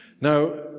Now